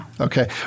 okay